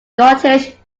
scottish